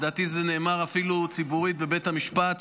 לדעתי זה נאמר אפילו ציבורית בבית המשפט,